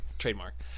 trademark